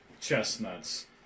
chestnuts